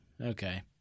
Okay